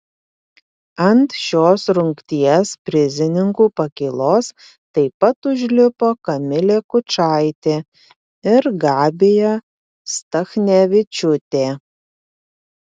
ant šios rungties prizininkų pakylos taip pat užlipo kamilė kučaitė ir gabija stachnevičiūtė